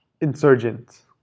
insurgents